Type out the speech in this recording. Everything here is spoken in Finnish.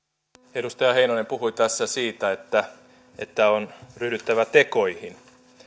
edustaja heinonen puhui tässä siitä että että on ryhdyttävä tekoihin